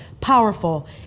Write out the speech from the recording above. powerful